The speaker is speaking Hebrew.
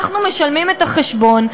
אנחנו משלמים את החשבון.